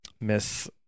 Miss